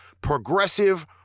progressive